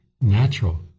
natural